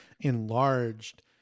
enlarged